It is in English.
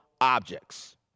objects